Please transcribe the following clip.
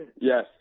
Yes